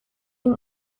ihm